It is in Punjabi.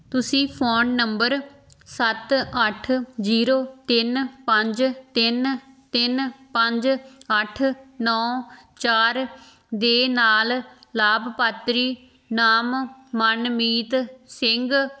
ਤੁਸੀਂ ਫੋਨ ਨੰਬਰ ਸੱਤ ਅੱਠ ਜ਼ੀਰੋ ਤਿੰਨ ਪੰਜ ਤਿੰਨ ਤਿੰਨ ਪੰਜ ਅੱਠ ਨੌਂ ਚਾਰ ਦੇ ਨਾਲ ਲਾਭਪਾਤਰੀ ਨਾਮ ਮਨਮੀਤ ਸਿੰਘ